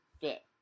fit